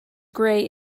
grey